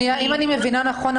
אם אני מבינה נכונה,